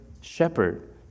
shepherd